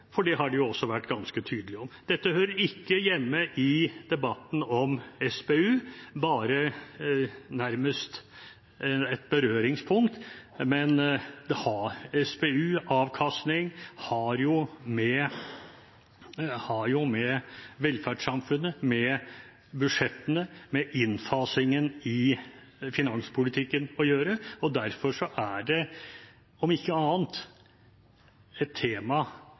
for det har de også vært ganske tydelige om. Dette hører ikke hjemme i debatten om SPU, det er bare nærmest et berøringspunkt, men SPU, avkastning, har jo med velferdssamfunnet, med budsjettene, med innfasingen i finanspolitikken, å gjøre, og derfor er det om ikke annet et tema